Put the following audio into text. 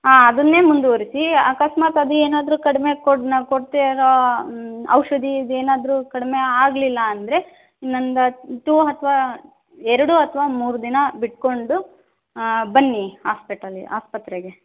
ಹಾಂ ಅದನ್ನೇ ಮುಂದುವರೆಸಿ ಅಕಸ್ಮಾತ್ ಅದೇನಾದರೂ ಕಡಿಮೆ ಕೊಡ್ನ ಕೊಟ್ಟಿರೋ ಔಷಧಿ ಏನಾದಾರೂ ಕಡಿಮೆ ಆಗಲಿಲ್ಲ ಅಂದರೆ ಇನ್ನೊಂದು ಟು ಅಥವಾ ಎರಡು ಅಥವಾ ಮೂರು ದಿನ ಬಿಟ್ಟುಕೊಂಡು ಬನ್ನಿ ಹಾಸ್ಪಿಟಲ್ಲಿಗೆ ಆಸ್ಪತ್ರೆಗೆ